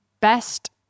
best